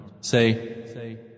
Say